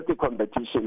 competition